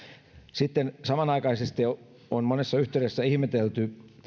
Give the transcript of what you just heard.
sitten kun samanaikaisesti on monessa yhteydessä ihmetelty